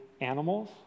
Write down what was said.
animals